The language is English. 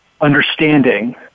understanding